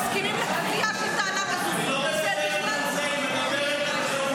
אני מזמין את שר המשפטים יריב לוין להשיב.